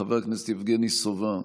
חבר הכנסת יבגני סובה,